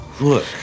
Look